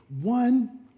One